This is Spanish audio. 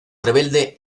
rebelde